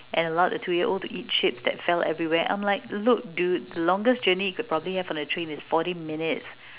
and allowed the two year old to eat chips that fell everywhere I'm like look dude the longest journey you could probably have on the train is forty minutes